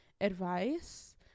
advice